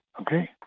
okay